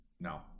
No